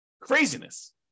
Craziness